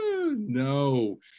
no